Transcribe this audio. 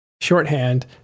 Shorthand